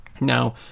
Now